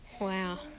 Wow